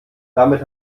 damit